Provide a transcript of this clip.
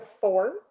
four